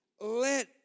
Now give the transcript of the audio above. Let